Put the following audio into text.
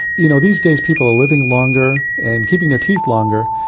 you know these days people are living longer and keeping their teeth longer,